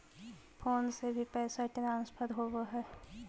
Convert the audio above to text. Phone से भी पैसा ट्रांसफर होवहै?